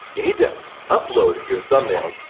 you need to upload your thumbnails.